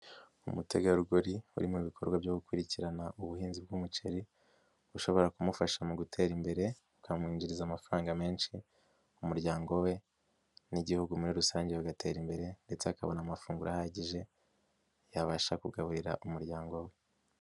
Umutegarugori uri mu bikorwa byo gukurikirana ubuhinzi bw'umuceri, bushobora kumufasha mu gutera imbere, bukamwinjiriza amafaranga menshi, umuryango we n'Igihugu muri rusange bigatera imbere ndetse akabona amafunguro ahagije, yabasha kugaburira umuryango we.